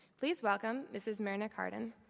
please welcome mrs. myrna cardin.